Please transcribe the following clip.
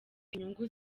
inyungu